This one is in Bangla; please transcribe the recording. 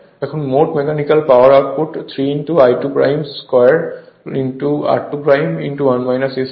এখন মোট mechanical power output 3 I2 2 r2 হবে